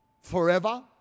Forever